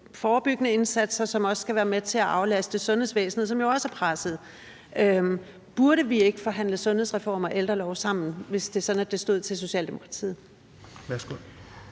forebyggende indsatser, som også skal være med til at aflaste sundhedsvæsenet, som jo også er presset. Burde vi ikke forhandle sundhedsreform og ældrelov sammen, hvis det var sådan, at det stod til Socialdemokratiet?